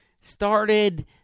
Started